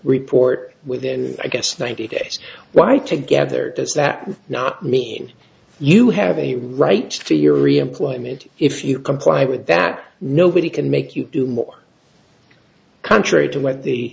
report within i guess ninety days why together does that not me you have a right to your reemployment if you comply with that nobody can make you do more contrary to what the